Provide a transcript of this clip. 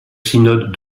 synode